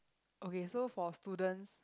okay so for students